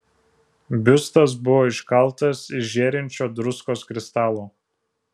biustas buvo iškaltas iš žėrinčio druskos kristalo